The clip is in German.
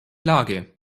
lage